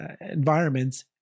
environments